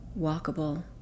walkable